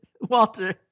Walter